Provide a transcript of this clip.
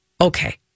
Okay